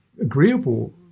agreeable